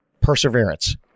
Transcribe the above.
perseverance